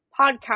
podcast